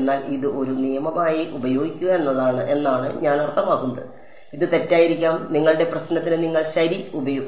എന്നാൽ ഇത് ഒരു നിയമമായി ഉപയോഗിക്കുക എന്നാണ് ഞാൻ അർത്ഥമാക്കുന്നത് ഇത് തെറ്റായിരിക്കാം നിങ്ങളുടെ പ്രശ്നത്തിന് നിങ്ങൾ ശരി